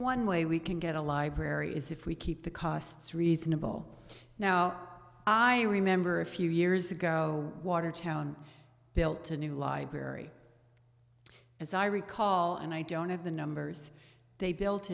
one way we can get a library is if we keep the costs reasonable now i remember a few years ago watertown built a new library as i recall and i don't have the numbers they built